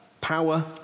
power